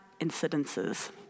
incidences